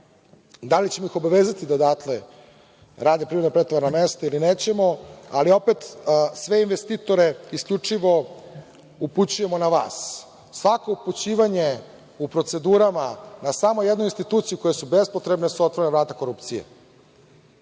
da li ćemo ih obavezati da odatle rade privremena pritovarna mesta ili nećemo, ali opet sve investitore isključivo upućujemo na vas. Svako upućivanje u procedurama na samo jednu instituciju koje su bespotrebne, su otvorena vrata korupcije.